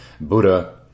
Buddha